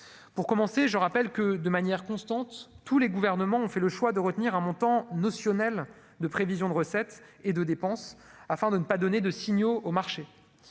pour commencer, je rappelle que, de manière constante, tous les gouvernements ont fait le choix de retenir un montant notionnel de prévisions de recettes et de dépenses afin de ne pas donner de signaux aux marchés,